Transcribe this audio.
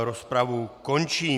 Rozpravu končím.